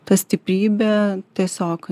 ta stiprybė tiesiog